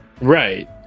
Right